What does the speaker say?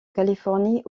californie